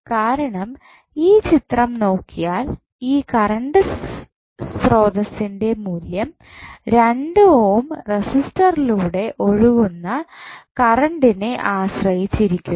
കാരണം ഈ ചിത്രം നോക്കിയാൽ ഈ കറണ്ട് സ്രോതസ്സിൻ്റെ മൂല്യം 2 ഓം റസിസ്റ്ററിലൂടെ ഒഴുകുന്ന കറണ്ടിനെ ആശ്രയിച്ചിരിക്കുന്നു